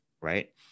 right